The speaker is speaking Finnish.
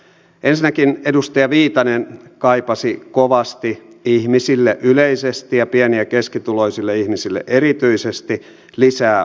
ensinnäkin edustaja viitanen kovasti kaipasi yleisesti ihmisille ja erityisesti pieni ja keskituloisille ihmisille lisää ostovoimaa